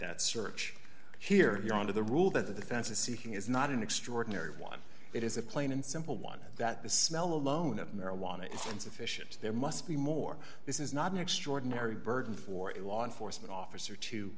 that search here beyond the rule that the defense is seeking is not an extraordinary one it is a plain and simple one that the smell alone of marijuana is insufficient there must be more this is not an extraordinary burden for in law enforcement officer